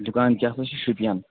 دُکان کیٛاہ سا چھُ شُپین